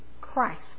Christ